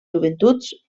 joventuts